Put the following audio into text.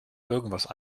irgendetwas